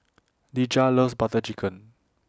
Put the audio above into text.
Dejah loves Butter Chicken